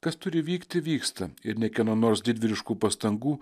kas turi vykti vyksta ir niekieno nors didvyriškų pastangų